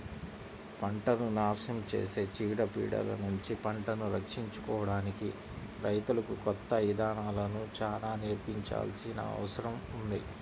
పంటను నాశనం చేసే చీడ పీడలనుంచి పంటను రక్షించుకోడానికి రైతులకు కొత్త ఇదానాలను చానా నేర్పించాల్సిన అవసరం ఉంది